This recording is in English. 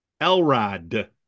elrod